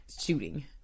shooting